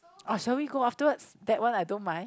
uh shall we go afterwards that one I don't mind